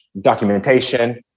documentation